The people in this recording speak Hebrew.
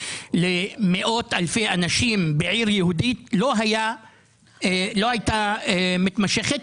למאות אלפי אנשים בעיר יהודית לא הייתה מתמשכת,